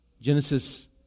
Genesis